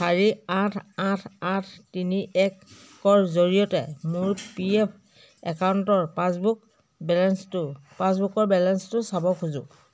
চাৰি আঠ আঠ আঠ তিনি একৰ জৰিয়তে মোৰ পি এফ একাউণ্টৰ পাছবুক বেলেঞ্চটো পাছবুকৰ বেলেঞ্চটো চাব খোজোঁ